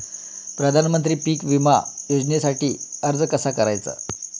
प्रधानमंत्री पीक विमा योजनेसाठी अर्ज कसा करायचा?